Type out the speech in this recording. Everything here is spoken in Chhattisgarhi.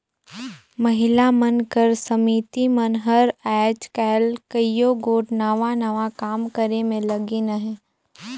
महिला मन कर समिति मन हर आएज काएल कइयो गोट नावा नावा काम करे में लगिन अहें